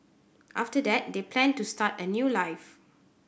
after that they planned to start a new life